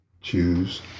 choose